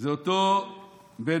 זה אותו בנט.